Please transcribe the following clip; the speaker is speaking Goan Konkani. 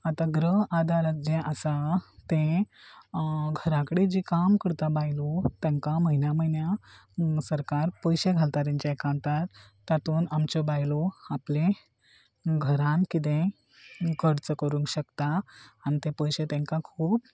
आतां गृह आदार जे आसा ते घरा कडेन जे काम करता बायलो तांकां म्हयन्या म्हयन्या सरकार पयशे घालता तांच्या अकाउंटार तातून आमच्यो बायलो आपले घरान कितें खर्च करूंक शकता आनी ते पयशे तांकां खूब